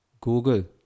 Google